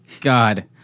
God